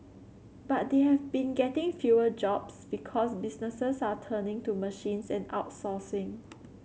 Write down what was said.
but they have been getting fewer jobs because businesses are turning to machines and outsourcing